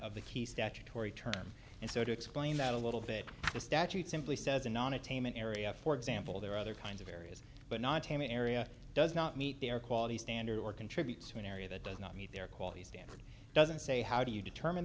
of the key statutory term and so to explain that a little bit the statute simply says a non attainment area for example there are other kinds of areas but not to my area does not meet their quality standards or contributes to an area that does not meet their quality standard doesn't say how do you determine